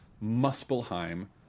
Muspelheim